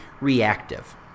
reactive